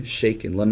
shaken